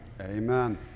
Amen